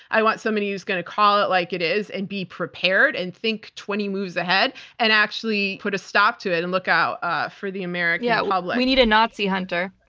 i want somebody who's going to call it like it is, and be prepared, and think twenty moves ahead, and actually put a stop to it and look out ah for the american yeah public. we need a nazi hunter.